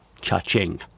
cha-ching